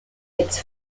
its